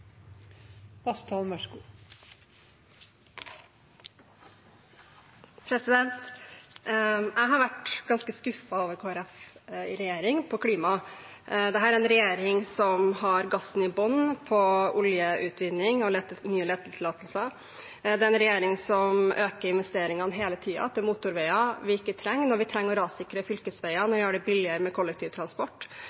en regjering som har gassen i bunn for oljeutvinning og nye letetillatelser. Det er en regjering som øker investeringene hele tiden til motorveier vi ikke trenger, når vi trenger å rassikre fylkesveiene